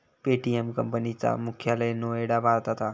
Paytm company चा मुख्यालय नोएडा भारतात हा